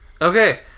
Okay